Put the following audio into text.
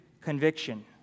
conviction